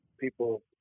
people